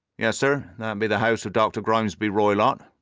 yes, sir, that be the house of dr. grimesby roylott,